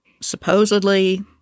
Supposedly